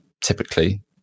typically